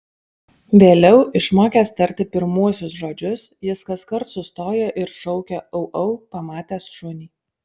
vėliau išmokęs tarti pirmuosius žodžius jis kaskart sustoja ir šaukia au au pamatęs šunį